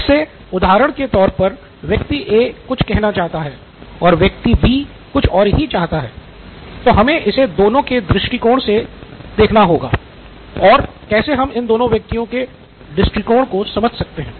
जैसे उदधारण के तौर पर व्यक्ति A कुछ चाहता है और व्यक्ति B कुछ और ही चाहता है तो हम इसे दोनों के दृष्टिकोण से कैसे देख सकते हैं और कैसे हम इन दोनों व्यक्तियों के दृष्टिकोण को समझ सकते हैं